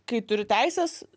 kai turi teises